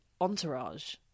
entourage